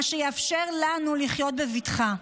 מה שיאפשר לנו לחיות בבטחה.